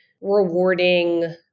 rewarding